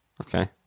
Okay